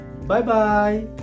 Bye-bye